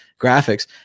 graphics